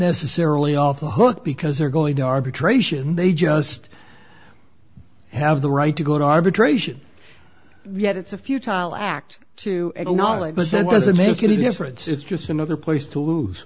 necessarily off the hook because they're going to arbitration they just have the right to go to arbitration yet it's a futile act to acknowledge but that doesn't make any difference it's just another place to lose